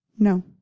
No